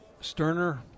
Sterner